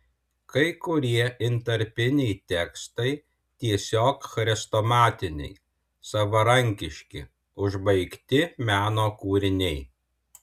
kai kurie intarpiniai tekstai tiesiog chrestomatiniai savarankiški užbaigti meno kūriniai